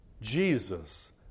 Jesus